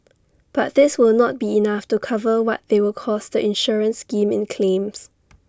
but this will not be enough to cover what they will cost the insurance scheme in claims